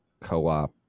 co-op